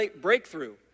breakthrough